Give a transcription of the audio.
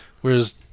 Whereas